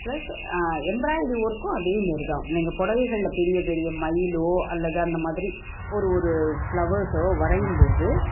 plus embroidery ஒர்க்கும் அதேமாதிரி தான் நீங்கள் புடவைகள்ல பெரிய பெரிய மயிலோ அல்லது அந்த மாதிரி ஒரு ஒரு ஃப்ளவர்ஸோ வரையும்போது